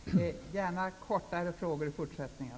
Jag ber ledamöterna att ställa kortare frågor i fortsättningen.